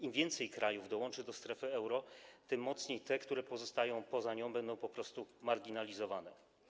Im więcej krajów dołączy do strefy euro, tym mocniej te, które pozostają poza nią, będą po prostu marginalizowane.